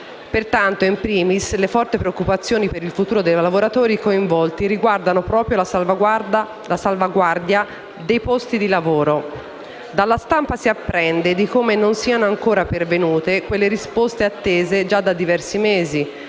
Pertanto, *in primis* le forti preoccupazioni per il futuro dei lavoratori coinvolti riguardano proprio la salvaguardia dei posti di lavoro. Dalla stampa si apprende come non siano ancora pervenute le risposte attese già da diversi mesi,